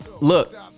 Look